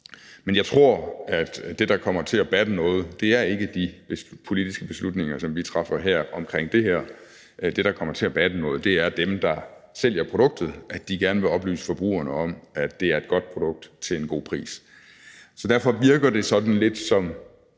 men jeg tror ikke, at det, der kommer til at batte noget, er de politiske beslutninger, som vi træffer her, omkring det her. Det, der kommer til at batte noget, er, at dem, der sælger produktet, gerne vil oplyse forbrugerne om, at det er et godt produkt til en god pris. Derfor virker det sådan lidt som